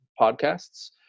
podcasts